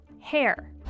Hair